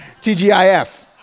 TGIF